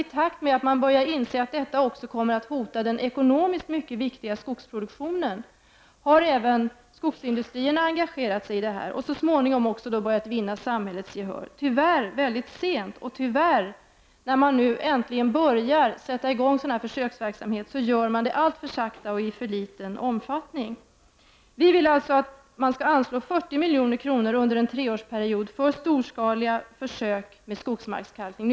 I takt med att man har börjat inse att detta också kommer att hota den ekonomiskt mycket viktiga skogsproduktionen har även skogsindustrierna engagerat sig och så småningom börjat vinna samhällets gehör — tyvärr mycket sent. När man äntligen sätter i gång sådan här försöksverksamhet sker det alltför sakta och i för liten omfattning. Vpk vill att 40 milj.kr. under en treårsperiod skall anslås för storskaliga försök med skogsmarkskalkning.